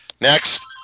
Next